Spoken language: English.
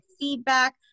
feedback